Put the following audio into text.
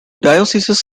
dioceses